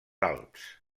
alps